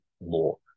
more